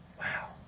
Wow